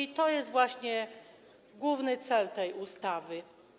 I to jest właśnie główny cel tej ustawy.